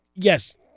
Yes